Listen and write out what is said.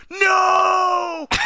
No